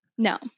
No